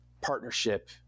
partnership